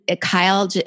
Kyle